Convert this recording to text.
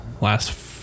last